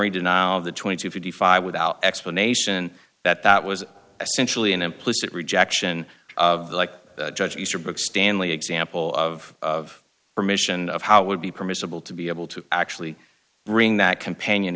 to the twenty two fifty five without explanation that that was essentially an implicit rejection of like judge easterbrook stanley example of permission of how it would be permissible to be able to actually bring that companion